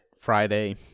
Friday